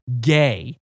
gay